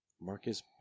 Marcus